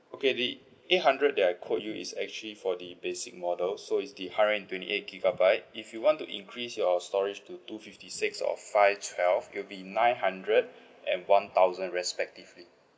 okay the eight hundred that I quote you is actually for the basic model so it's the hundred and twenty eight gigabyte if you want to increase your storage to two fifty six or five twelve it'll be nine hundred and one thousand respectively